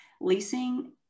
Leasing